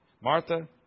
Martha